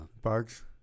Bugs